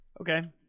Okay